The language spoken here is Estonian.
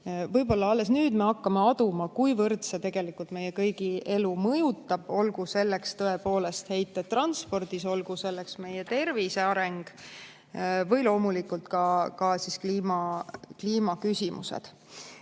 Võib-olla alles nüüd me hakkame aduma, kuivõrd see tegelikult meie kõigi elu mõjutab, olgu selleks tõepoolest heited transpordis, meie tervise areng või loomulikult ka kliimaküsimused.